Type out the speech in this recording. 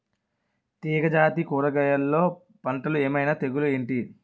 తీగ జాతి కూరగయల్లో పంటలు ఏమైన తెగులు ఏంటి?